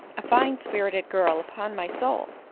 a fine spirited girl, upon my soul!